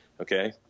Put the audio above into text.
Okay